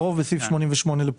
לעשות